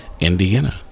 Indiana